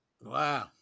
Wow